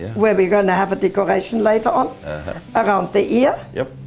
where we're going to have a decoration later on around the ear, yep.